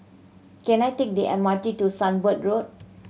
can I take the M R T to Sunbird Road